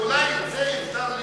שאולי את זה אפשר,